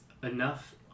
Enough